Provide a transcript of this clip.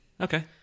Okay